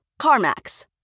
CarMax